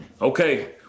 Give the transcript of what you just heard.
Okay